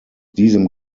diesem